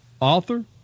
author